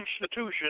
institution